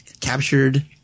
captured